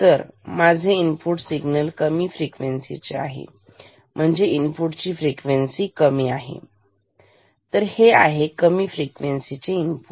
तर माझे input signal कमी फ्रिक्वेन्सी आहे म्हणजे इनपुट सिग्नल्स ची फ्रिक्वेन्सी कमी आहे तर हे आहे कमी फ्रिक्वेन्सी इनपुट